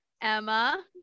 emma